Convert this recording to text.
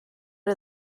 are